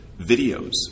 videos